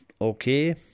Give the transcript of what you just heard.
Okay